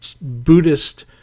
buddhist